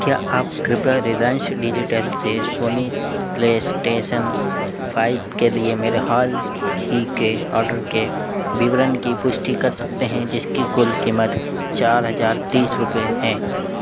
क्या आप कृपया रिलायंस डिजिटल से सोनी प्ले स्टेसन फाइफ के लिए मेरे हाल ही के ऑर्डर के विवरण की पुष्टि कर सकते हैं जिसकी कुल कीमत चार हज़ार तीस रुपये है